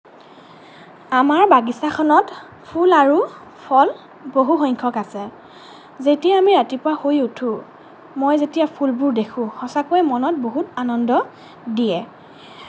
আমাৰ বাগিচাখনত ফুল আৰু ফল বহু সংখ্যক আছে যেতিয়া আমি ৰাতিপুৱা শুই উঠোঁ মই যেতিয়া ফুলবোৰ দেখোঁ সচাঁকৈ মনত বহুত আনন্দ দিয়ে